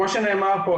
כמו שנאמר כאן,